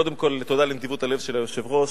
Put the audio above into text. קודם כול, תודה על נדיבות הלב של היושב-ראש,